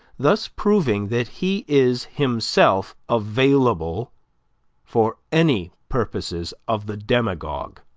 thus proving that he is himself available for any purposes of the demagogue.